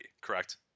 Correct